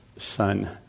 son